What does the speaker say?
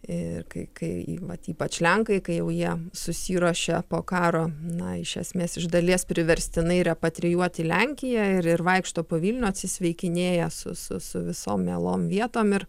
ir kai kai vat ypač lenkai kai jau jie susiruošė po karo na iš esmės iš dalies priverstinai repatrijuot į lenkiją ir ir vaikšto po vilnių atsisveikinėja su su su visom mielom vietom ir